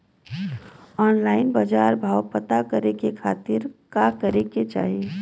Online बाजार भाव पता करे के खाती का करे के चाही?